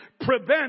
prevent